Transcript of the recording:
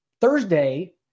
Thursday